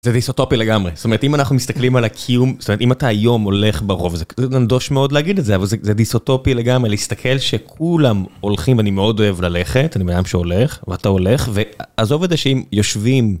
זה דיסטופי לגמרי, זאת אומרת אם אנחנו מסתכלים על הקיום, זאת אומרת אם אתה היום הולך ברחוב זה נדוש מאוד להגיד את זה, אבל זה דיסטופי לגמרי להסתכל שכולם הולכים, אני מאוד אוהב ללכת, אני בנאדם שהולך ואתה הולך ועזוב את זה שאם יושבים.